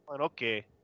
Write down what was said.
Okay